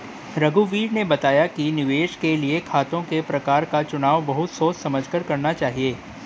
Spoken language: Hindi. रघुवीर ने बताया कि निवेश के लिए खातों के प्रकार का चुनाव बहुत सोच समझ कर करना चाहिए